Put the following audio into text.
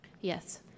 Yes